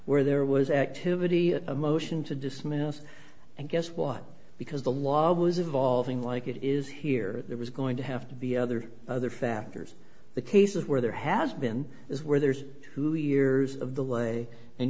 where there was activity at a motion to dismiss and guess what because the law was evolving like it is here there was going to have to be other other factors the cases where there has been is where there's who years of the way and